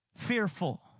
fearful